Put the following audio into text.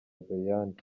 doriane